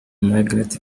margaret